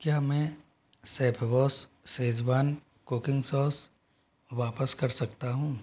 क्या मैं Chef Boss Schezwan cooking sauce वापस कर सकता हूँ